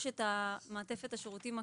יש את מעטפת השירותים הכללית,